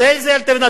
זה לא עניין שלך.